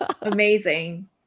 Amazing